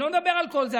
אני לא מדבר על כל זה.